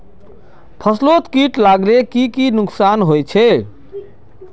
फसलोत किट लगाले की की नुकसान होचए?